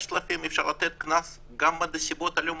ל-5,000 שקל אפשר להטיל קנס גם בנסיבות לא מוצדקות.